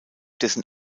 dessen